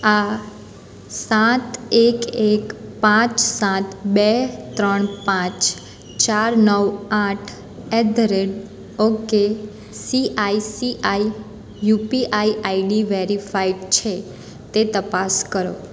આ સાત એક એક પાંચ સાત બે ત્રણ પાંચ ચાર નવ આઠ at the rate okay C I C I UPI ID verified છે તે તપાસ કરો